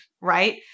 right